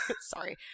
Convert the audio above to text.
sorry